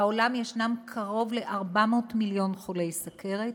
בעולם ישנם קרוב ל-400 מיליון חולי סוכרת,